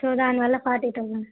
so దాని వల్ల forty thousand